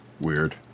weird